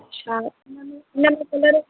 अछा हिन में हिन में कलर